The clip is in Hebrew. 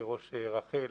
כראש רח"ל,